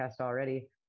already